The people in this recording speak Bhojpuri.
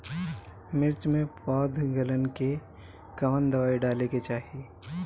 मिर्च मे पौध गलन के कवन दवाई डाले के चाही?